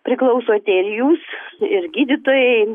priklausote ir jūs ir gydytojai